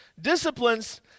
Disciplines